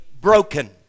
broken